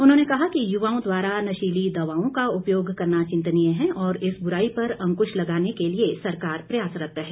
उन्होंने कहा कि युवाओं द्वारा नशीली दवाओं का उपयोग करना चिंतनीय है और इस बुराई पर अंकुश लगाने के लिए सरकार प्रयासरत है